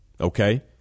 okay